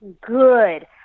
good